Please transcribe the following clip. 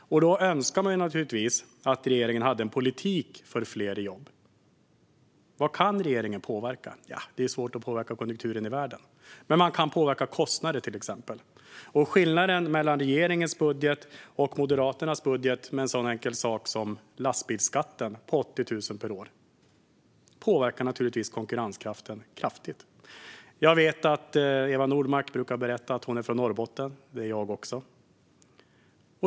Då önskar man naturligtvis att regeringen hade en politik för fler jobb. Vad kan regeringen påverka? Det är svårt att påverka konjunkturen i världen, men man kan till exempel påverka kostnader. Skillnaden mellan regeringens och Moderaternas budget när det gäller en sådan enkel sak som lastbilsskatten på 80 000 kronor per år påverkar naturligtvis konkurrenskraften kraftigt. Jag vet att Eva Nordmark brukar berätta att hon är från Norrbotten. Det är jag också.